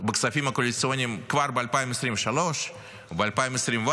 בכספים הקואליציוניים כבר ב-2023 וב-2024,